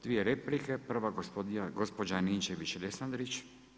Dvije replike, prva gospođa Ninčević Lesandrić.